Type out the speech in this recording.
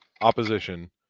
opposition